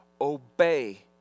obey